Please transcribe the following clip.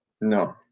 No